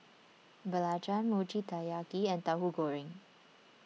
Belacan Mochi Taiyaki and Tahu Goreng